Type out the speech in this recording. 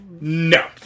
No